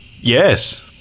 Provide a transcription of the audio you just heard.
Yes